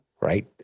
right